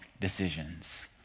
decisions